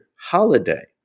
holiday